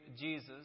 Jesus